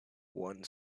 one